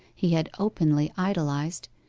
he had openly idolized,